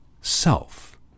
self